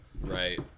Right